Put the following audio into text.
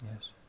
yes